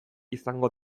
izango